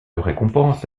récompense